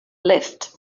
left